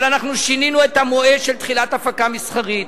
אבל אנחנו שינינו את המועד של תחילת הפקה מסחרית.